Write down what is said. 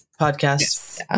podcast